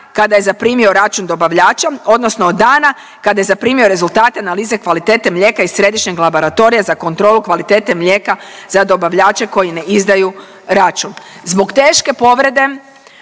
kada je zaprimio račun dobavljača odnosno od dana kada je zaprimio rezultate analize kvalitete mlijeka iz središnjeg Laboratorija za kontrolu kvalitete mlijeka za dobavljače koji ne izdaju račun. Zbog teške povrede